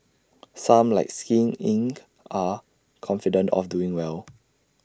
some like skin Inc are confident of doing well